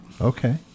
Okay